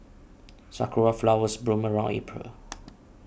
sakura flowers bloom around April